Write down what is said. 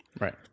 Right